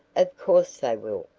of course they will,